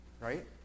Right